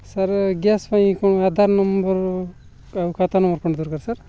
sir gas ପାଇଁ କ'ଣ Aadhaar number ଆଉ ଖାତା ନମ୍ବର୍ କ'ଣ ଦରକାର ସାର୍